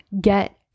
get